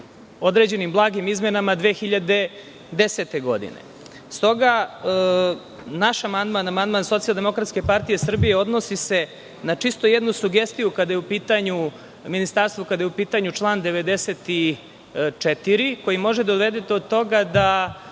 određenim blagim izmenama 2010. godine. Stoga, naš amandman, amandman SDPS odnosi se na čisto jednu sugestiju, kada je u pitanju ministarstvo, kada je u pitanju član 94. koji može da dovede do toga da